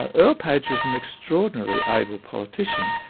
ah earle page was an extraordinarily able politician,